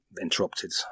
interrupted